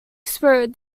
spirit